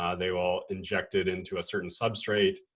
ah they will inject it into a certain substrate.